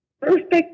perfect